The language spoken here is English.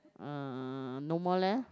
uh no more leh